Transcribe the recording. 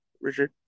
Richard